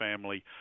family